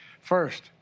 First